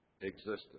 existence